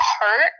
hurt